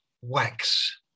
wax